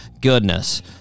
goodness